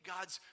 God's